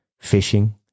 Fishing